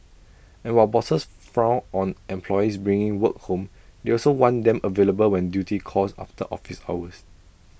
and while bosses frown on employees bringing work home they also want them available when duty calls after office hours